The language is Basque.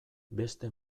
beste